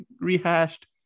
rehashed